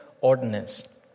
ordinance